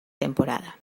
temporada